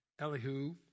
Elihu